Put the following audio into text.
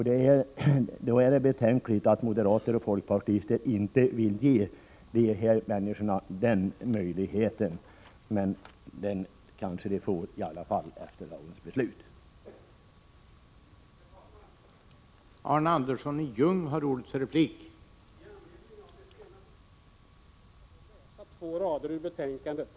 Det är betänkligt att moderater och folkpartister inte vill ge de här människorna den möjligheten, men de kanske får den i alla fall efter det beslut som fattas i dag.